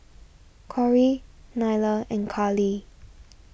Corry Nyla and Karly